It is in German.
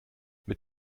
mit